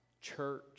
church